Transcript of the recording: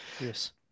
Yes